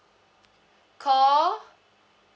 call